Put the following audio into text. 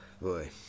Boy